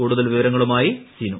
കൂടുതൽ വിവരങ്ങളുമായി സിനു